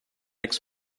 next